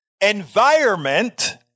Environment